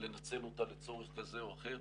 לנצל אותה לצורך כזה או אחר.